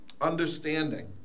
Understanding